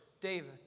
David